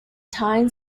tyne